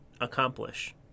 accomplish